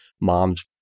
mom's